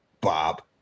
Bob